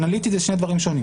אנליטית אלה שני דברים שונים.